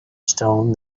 stone